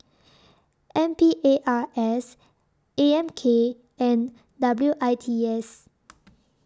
N P A R K S A M K and W I T S